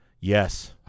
Yes